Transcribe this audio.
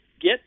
Get